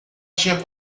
tinha